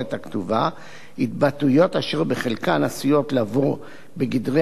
התבטאויות אשר בחלקן עשויות לבוא בגדרי עבירת ההסתה לגזענות,